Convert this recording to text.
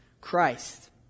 Christ